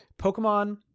pokemon